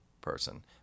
person